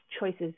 choices